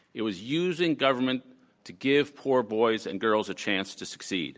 it was using government to give poor boys and girls a chance to succeed.